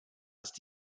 ist